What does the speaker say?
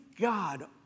God